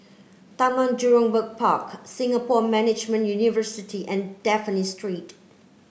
Taman Jurong Park Singapore Management University and Dafne Street